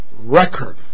record